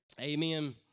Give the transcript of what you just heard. Amen